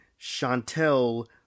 Chantel